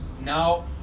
Now